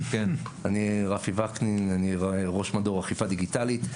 אני רפי וקנין, אני ראש מדור אכיפה דיגיטלית.